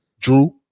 Drew